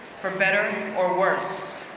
for better or worse?